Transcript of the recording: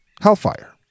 Hellfire